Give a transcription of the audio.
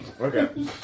Okay